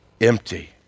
empty